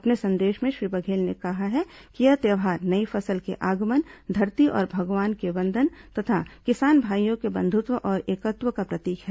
अपने संदेश में श्री बघेल ने कहा है कि यह त्यौहार नई फसल के आगमन धरती और भगवान के वंदन तथा किसान भाईयों के बंधुत्व और एकत्व का प्रतीक है